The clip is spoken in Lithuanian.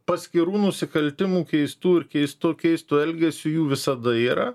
paskirų nusikaltimų keistų ir keisto keisto elgesio jų visada yra